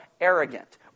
arrogant